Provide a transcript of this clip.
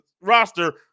roster